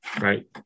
right